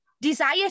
desire